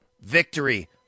Victory